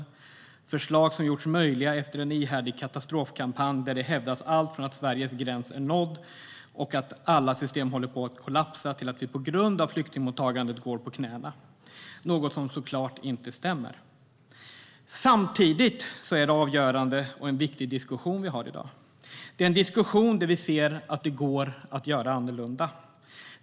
Det är förslag som gjorts möjliga efter en ihärdig katastrofkampanj där det har hävdats allt från att Sveriges gräns är nådd och att alla system håller på att kollapsa till att vi på grund av flyktingmottagandet går på knäna, något som såklart inte stämmer. Samtidigt är det en avgörande och viktig diskussion som vi har i dag. Det är en diskussion där vi ser att det går att göra annorlunda.